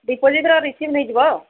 ଡିପୋଜିଟ୍ର receipt ନେଇଯିବ